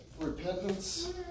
repentance